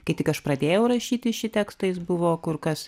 kai tik aš pradėjau rašyti šį tekstą jis buvo kur kas